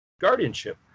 Guardianship